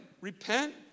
repent